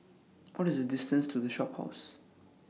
What IS The distance to The Shophouse